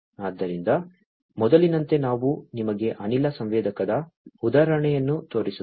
ಆದ್ದರಿಂದ ಮೊದಲಿನಂತೆ ನಾನು ನಿಮಗೆ ಅನಿಲ ಸಂವೇದಕದ ಉದಾಹರಣೆಯನ್ನು ತೋರಿಸುತ್ತೇನೆ